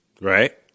Right